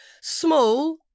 small